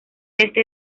este